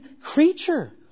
creature